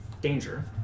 danger